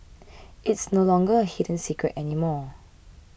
it's no longer a hidden secret anymore